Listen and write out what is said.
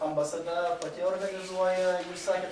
ambasada pati organizuoja jūs sakėt